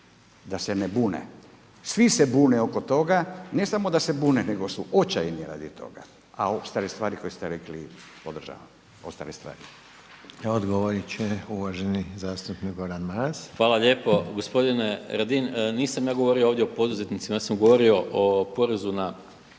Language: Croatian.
da se ne bune, svi se bune oko toga. Ne samo da se bune, nego su očajni radi toga, a ostale stvari koje ste rekli podržavam, ostale stvari. **Reiner, Željko (HDZ)** Odgovorit će uvaženi zastupnik Gordan Maras. **Maras, Gordan (SDP)** Hvala lijepo gospodine Radin. Nisam ja govorio ovdje o poduzetnicima, ja sam govorio o porezu na